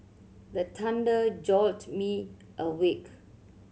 the thunder jolt me awake